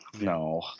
No